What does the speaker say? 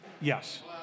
Yes